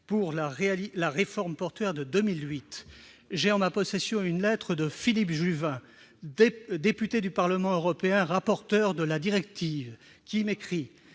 par la réforme portuaire de 2008. J'ai en ma possession une lettre de Philippe Juvin, député du Parlement européen et rapporteur du projet de directive. Il m'écrit